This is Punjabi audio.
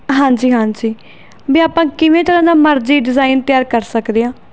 ਹਾਂਜੀ ਹਾਂਜੀ ਵੀ ਆਪਾਂ ਕਿਵੇਂ ਤਰ੍ਹਾਂ ਦਾ ਮਰਜ਼ੀ ਡਿਜ਼ਾਇਨ ਤਿਆਰ ਕਰ ਸਕਦੇ ਹਾਂ